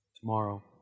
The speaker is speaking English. Tomorrow